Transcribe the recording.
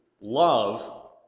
love